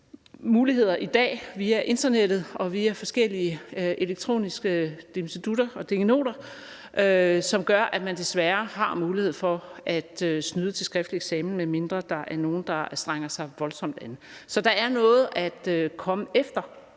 muligheder i dag via internettet og via forskellige elektroniske dimsedutter og dingenoter, som gør, at man desværre har mulighed for at snyde til skriftlig eksamen, medmindre der er nogle, der strenger sig voldsomt an. Så der er noget at komme efter,